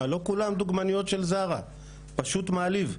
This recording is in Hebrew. מה לא כולן דוגמניות של ZARA. זה פשוט מעליב.